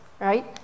right